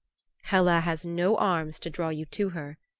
hela has no arms to draw you to her,